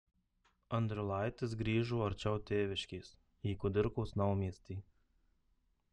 andriulaitis grįžo arčiau tėviškės į kudirkos naumiestį